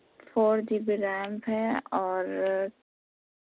four G B RAM ہے اور